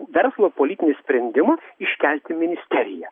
verslo politinį sprendimą iškelti ministeriją